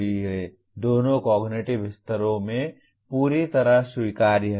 दोनों कॉग्निटिव स्तरों में पूरी तरह स्वीकार्य हैं